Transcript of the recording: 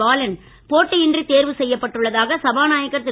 பாலன் போட்டியின்றி தேர்வு செய்யப்பட்டுள்ளதாக சபாநாயகர் திரு